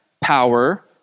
power